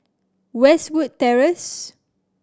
Westwood Terrace